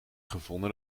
gevonden